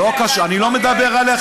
אני לא מדבר עליך,